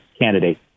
candidate